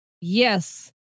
yes